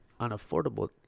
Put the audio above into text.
unaffordable